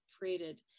created